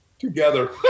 together